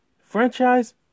franchise